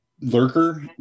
Lurker